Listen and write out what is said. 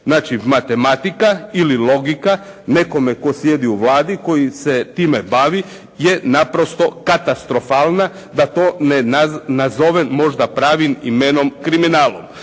Znači matematika ili logika nekome tko sjedi u Vladi koji se time bavi je naprosto katastrofalna, da to ne nazovem možda pravim imenom kriminalom.